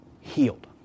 healed